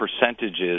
percentages